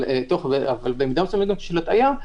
אבל במידה מסוימת של הטעיה,